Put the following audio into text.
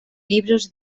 libros